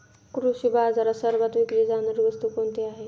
कृषी बाजारात सर्वात विकली जाणारी वस्तू कोणती आहे?